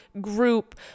group